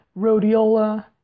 rhodiola